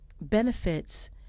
benefits